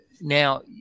Now